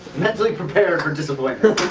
mentally prepared for disappointment.